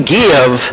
give